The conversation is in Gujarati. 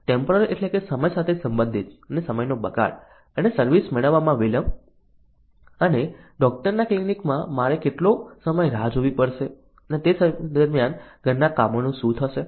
ટેમ્પોરલ એટલે સમય સાથે સંબંધિત સમયનો બગાડ અને સર્વિસ મેળવવામાં વિલંબ અને ડોક્ટરના ક્લિનિકમાં મારે કેટલો સમય રાહ જોવી પડશે અને તે સમય દરમિયાન ઘરના કામોનું શું થશે